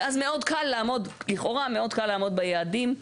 ואז מאוד קל לכאורה לעמוד ביעדים.